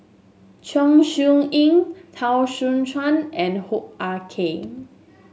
Chong Siew Ying Teo Soon Chuan and Hoo Ah Kay